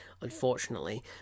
unfortunately